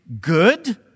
good